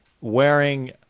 wearing